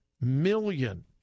million